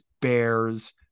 Bears